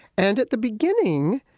and at the beginning,